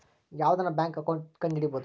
ಯಾವ್ದನ bank account ಕಂಡುಹಿಡಿಬೋದು